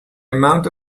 amount